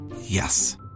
Yes